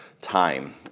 time